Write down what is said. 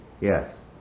Yes